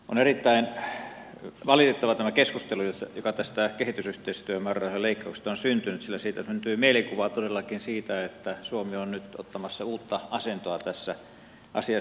on erittäin valitettava tämä keskustelu joka tästä kehitysyhteistyömäärärahojen leikkauksesta on syntynyt sillä siitä syntyy mielikuva todellakin siitä että suomi on nyt ottamassa uutta asentoa tässä asiassa